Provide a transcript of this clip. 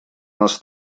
нас